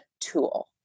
tool